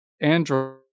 Android